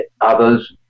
others